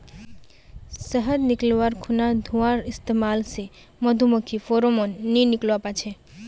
शहद निकाल्वार खुना धुंआर इस्तेमाल से मधुमाखी फेरोमोन नि निक्लुआ पाछे